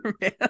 man